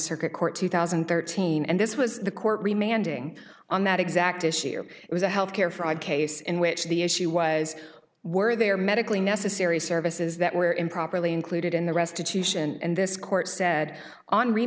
circuit court two thousand and thirteen and this was the court remain ending on that exact issue it was a health care fraud case in which the issue was were there medically necessary services that were improperly included in the restitution and this court said henri